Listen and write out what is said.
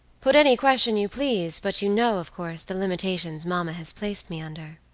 put any question you please, but you know, of course, the limitations mamma has placed me under.